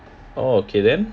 oh okay then